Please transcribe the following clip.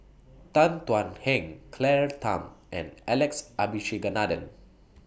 Tan Thuan Heng Claire Tham and Alex Abisheganaden